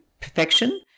perfection